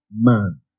man